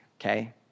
okay